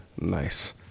Nice